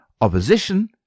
Opposition